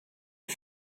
you